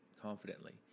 confidently